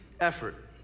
effort